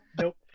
nope